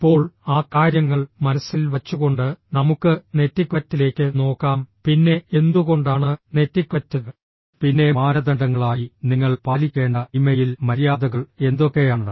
ഇപ്പോൾ ആ കാര്യങ്ങൾ മനസ്സിൽ വച്ചുകൊണ്ട് നമുക്ക് നെറ്റിക്വറ്റിലേക്ക് നോക്കാം പിന്നെ എന്തുകൊണ്ടാണ് നെറ്റിക്വറ്റ് പിന്നെ മാനദണ്ഡങ്ങളായി നിങ്ങൾ പാലിക്കേണ്ട ഇമെയിൽ മര്യാദകൾ എന്തൊക്കെയാണ്